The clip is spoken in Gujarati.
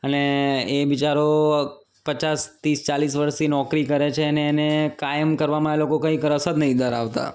અને એ બિચારો પચાસ તીસ ચાલીસ વર્ષથી નોકરી કરે છે અને એને કાયમ કરવામાં એ લોકો કંઈ રસ જ નથી ધરાવતા